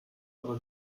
aber